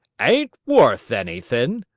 ain't worth anythin'!